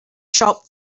shop